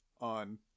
on